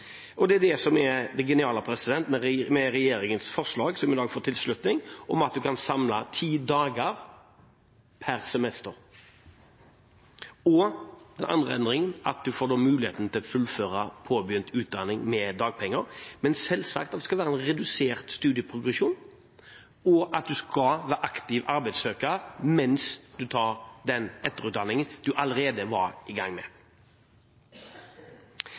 Det er det som er det geniale med regjeringens forslag, som i dag får tilslutning, at en kan samle ti dager per semester, og – den andre endringen – at en får mulighet til å fullføre påbegynt utdanning med dagpenger, men selvsagt slik at det skal være noe redusert studieprogresjon, og at en skal være aktiv arbeidssøker mens en tar den etterutdanningen en allerede var i gang med.